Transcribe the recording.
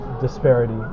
disparity